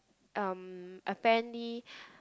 um apparently